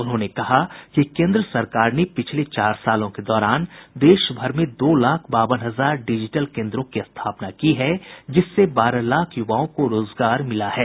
उन्होंने कहा कि केन्द्र सरकार ने पिछले चार सालों के दौरान देशभर में दो लाख बावन हजार डिजिटल केन्द्रों की स्थापना की है जिससे बारह लाख युवाओं को रोजगार मिला है